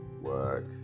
work